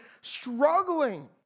struggling